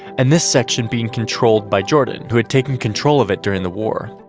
and this section being controlled by jordan, who had taken control of it during the war